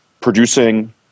producing